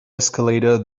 escalator